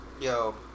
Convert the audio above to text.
Yo